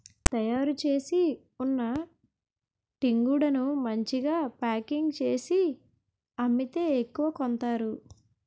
తయారుచేసి ఉన్న టీగుండను మంచిగా ప్యాకింగ్ చేసి అమ్మితే ఎక్కువ కొంతారు